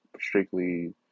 strictly